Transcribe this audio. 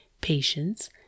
patience